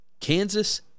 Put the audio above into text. Kansas